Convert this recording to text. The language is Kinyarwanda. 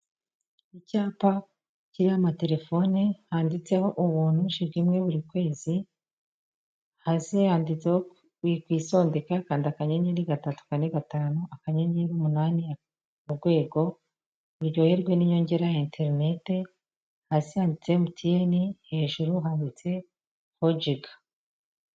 Icyapa kiriho amatelefone handitseho ubuntu jiga imwe buri kwezi, hasi handitseho wikwisondeka kanda akanyenyeri gatatu kane gatanu akanyanye umunani urwego uryoherwa n'inyongera ya internet. Hasi handitse emutiyene hejuru handitseho jiga.